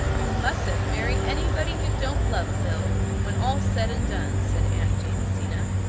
you mustn't marry anybody you don't love, phil, when all's said and done, said aunt jamesina.